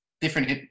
different